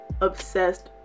Obsessed